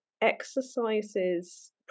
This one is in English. exercises